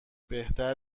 بهتر